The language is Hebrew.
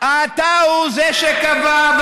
אתה קבעת,